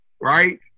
right